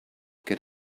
get